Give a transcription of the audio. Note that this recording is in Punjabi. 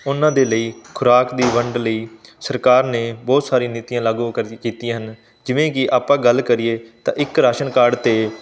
ਉਹਨਾਂ ਦੇ ਲਈ ਖੁਰਾਕ ਦੀ ਵੰਡ ਲਈ ਸਰਕਾਰ ਨੇ ਬਹੁਤ ਸਾਰੀਆਂ ਨੀਤੀਆਂ ਲਾਗੂ ਕਰ ਕੀਤੀਆਂ ਹਨ ਜਿਵੇਂ ਕਿ ਆਪਾਂ ਗੱਲ ਕਰੀਏ ਤਾਂ ਇੱਕ ਰਾਸ਼ਨ ਕਾਰਡ ਅਤੇ